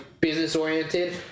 business-oriented